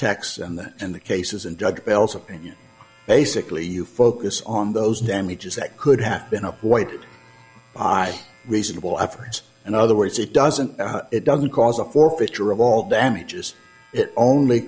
texts and that in the cases and judge bell's opinion basically you focus on those damages that could have been avoided by reasonable efforts in other words it doesn't it doesn't cause a forfeiture of all damages it only